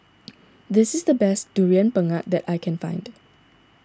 this is the best Durian Pengat that I can find